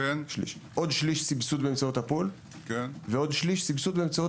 עוד שליש סבסוד באמצעות הפול ועוד שליש סבסוד באמצעות